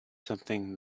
something